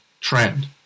trend